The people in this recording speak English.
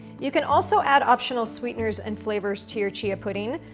you can also add optional sweeteners and flavors to your chia pudding,